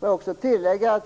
Jag vill tillägga att